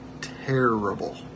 terrible